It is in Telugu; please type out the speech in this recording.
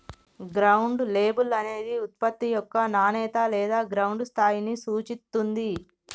గ్రౌండ్ లేబుల్ అనేది ఉత్పత్తి యొక్క నాణేత లేదా గ్రౌండ్ స్థాయిని సూచిత్తుంది